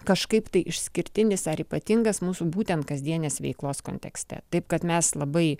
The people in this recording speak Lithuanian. kažkaip tai išskirtinis ar ypatingas mūsų būtent kasdienės veiklos kontekste taip kad mes labai